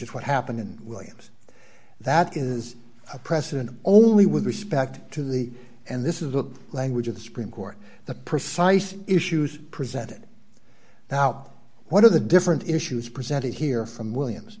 is what happened in williams that is a precedent only with respect to the and this is the language of the supreme court the precise issues presented now what are the different issues presented here from williams